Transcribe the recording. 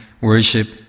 worship